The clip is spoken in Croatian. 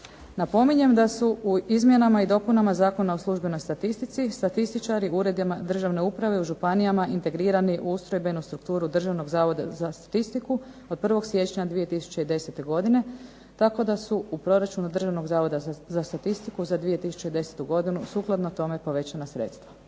Napominjem da su u izmjenama i dopunama Zakona o službenoj statistici statističari u uredima državne uprave, u županijama integrirani u ustrojbenu strukturu Državnog zavoda za statistiku od 1. siječnja 2010. godine, tako da su u proračunu Državnog zavoda za statistiku za 2010. godinu sukladno tome povećana sredstva.